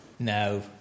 No